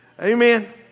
Amen